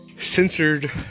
censored